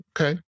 Okay